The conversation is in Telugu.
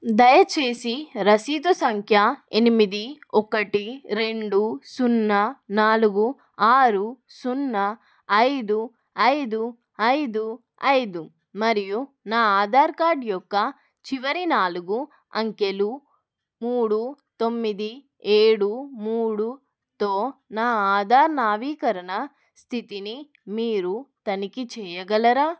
దయచేసి రసీదు సంఖ్య ఎనిమిది ఒకటి రెండు సున్నా నాలుగు ఆరు సున్నా ఐదు ఐదు ఐదు ఐదు మరియు నా ఆధార్ కార్డ్ యొక్క చివరి నాలుగు అంకెలు మూడు తొమ్మిది ఏడు మూడు తో నా ఆధార్ నవీకరణ స్థితిని మీరు తనిఖీ చేయగలరా